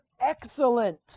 excellent